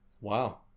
Wow